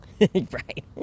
Right